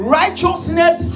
righteousness